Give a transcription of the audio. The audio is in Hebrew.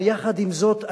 יחד עם זאת,